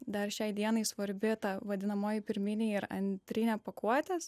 dar šiai dienai svarbi ta vadinamoji pirminė ir antrinė pakuotės